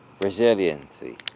Resiliency